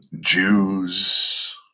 Jews